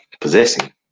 Possessing